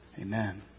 Amen